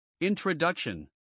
Introduction